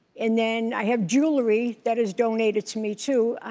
and then i have jewelry that is donated to me, too.